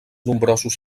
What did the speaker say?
nombrosos